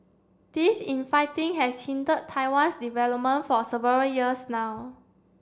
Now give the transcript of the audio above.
this infighting has hindered Taiwan's development for several years now